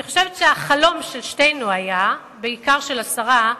אני חושבת שהחלום של שתינו היה, בעיקר של השרה,